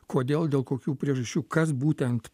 kodėl dėl kokių priežasčių kas būtent